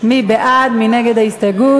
מי בעד ומי נגד ההסתייגות?